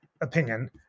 opinion